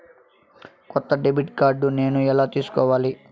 కొత్త debit card నేను ఎలా తీసుకోవాలి?